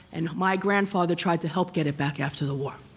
and my grandfather tried to help get it back after the war.